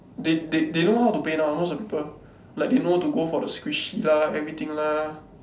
they they they don't know how to play now most of the people like they know to go for the squishy lah everything lah